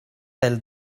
del